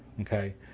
Okay